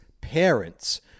parents